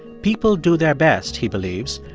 people do their best, he believes,